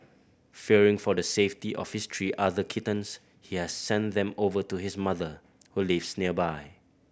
fearing for the safety of his three other kittens he has sent them over to his mother who lives nearby